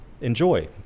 enjoy